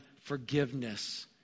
forgiveness